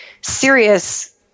serious